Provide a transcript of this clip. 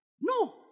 No